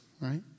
right